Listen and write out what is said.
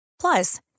plus